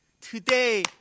Today